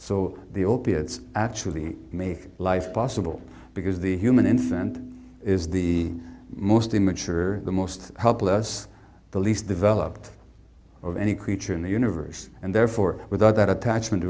so the opiates actually make life possible because the human infant is the most to mature the most helpless the least developed of any creature in the universe and therefore without that attachment